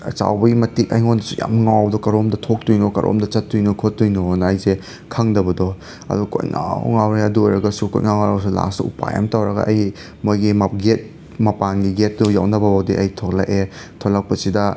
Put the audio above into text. ꯆꯥꯎꯕꯩ ꯃꯇꯤꯛ ꯑꯩꯉꯣꯟꯗꯁꯨ ꯌꯥꯝꯅ ꯉꯥꯎꯕꯗꯣ ꯀꯔꯣꯝꯗ ꯊꯣꯛꯇꯣꯏꯅꯣ ꯀꯔꯣꯝꯗ ꯆꯠꯇꯣꯏꯅꯣ ꯈꯣꯠꯇꯣꯏꯅꯣꯅ ꯑꯩꯁꯦ ꯈꯪꯗꯕꯗꯣ ꯑꯗꯣ ꯀꯣꯏꯉꯥꯎ ꯉꯥꯎꯔꯦ ꯑꯗꯨ ꯑꯣꯏꯔꯒꯁꯨ ꯀꯣꯏꯉꯥꯎ ꯉꯥꯎꯔꯁꯨ ꯂꯥꯁꯇ ꯎꯄꯥꯏ ꯑꯝ ꯇꯧꯔꯒ ꯑꯩ ꯃꯣꯏꯒꯤ ꯃ ꯒꯦꯠ ꯃꯄꯥꯟꯒꯤ ꯒꯦꯠꯇꯣ ꯌꯧꯅꯕꯐꯥꯎꯗꯤ ꯑꯩ ꯊꯣꯛꯂꯛꯑꯦ ꯊꯣꯛꯂꯛꯄꯁꯤꯗ